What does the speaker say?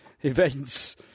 events